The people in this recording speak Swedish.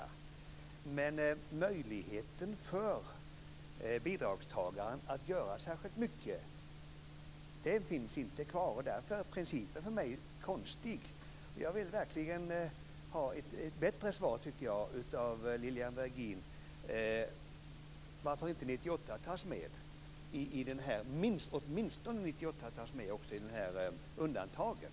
Det finns inte kvar någon möjlighet för bidragstagaren att göra särskilt mycket. Principen är konstig. Jag vill ha ett bättre svar från Lilian Virgin på varför inte åtminstone 1998 tas med i undantagen.